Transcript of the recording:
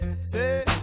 say